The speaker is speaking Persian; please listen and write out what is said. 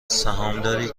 سهامداری